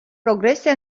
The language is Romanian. progrese